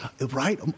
Right